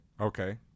Okay